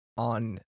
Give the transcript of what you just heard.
On